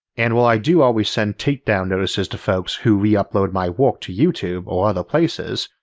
and while i do always send take down notices to folks who reupload my work to youtube or other places,